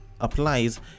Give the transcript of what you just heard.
applies